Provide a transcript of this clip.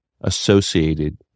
associated